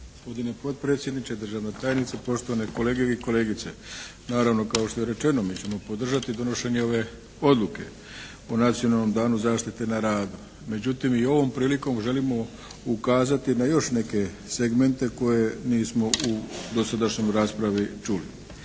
Gospodine potpredsjedniče, državna tajnice, poštovane kolege i kolegice. Naravno kao što je rečeno, mi ćemo podržati donošenje ove odluke o nacionalnom danu zaštite na radu. Međutim i ovom prilikom želimo ukazati na još neke segmente koje nismo u dosadašnjoj raspravi čuli.